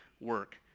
work